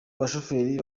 bashoferi